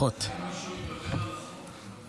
שמישהו ידבר על החוק.